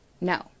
no